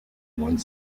moines